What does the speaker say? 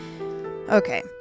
Okay